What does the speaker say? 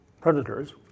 predators